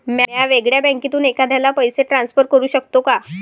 म्या वेगळ्या बँकेतून एखाद्याला पैसे ट्रान्सफर करू शकतो का?